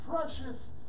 precious